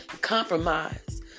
Compromise